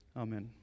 Amen